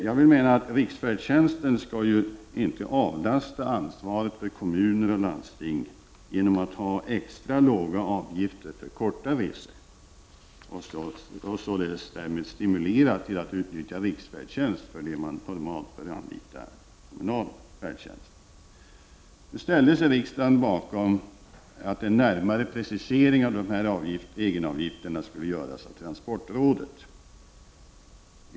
Jag vill mena att riksfärdtjänsten inte skall avlasta kommuner och landsting ansvaret genom att ha extra låga avgifter för korta resor och därmed stimulera till att utnyttja riksfärdtjänst för vad man normalt bör anlita kommunal färdtjänst för. Riksdagen ställde sig bakom att en närmare precisering av dessa egenavgifter skulle göras av transportrådet.